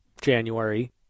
January